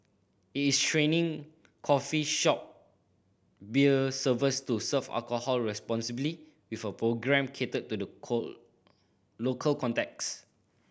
it is training coffee shop beer servers to serve alcohol responsibly with a programme catered to the local context